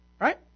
Right